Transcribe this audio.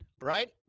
right